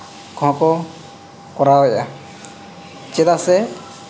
ᱠᱚᱦᱚᱸᱠᱚ ᱠᱚᱨᱟᱣᱮᱜᱼᱟ ᱪᱮᱫᱟᱜ ᱥᱮ